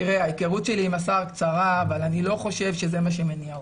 ההיכרות שלי עם השר קצרה אבל אני לא חושב שזה מה שמניע אותו.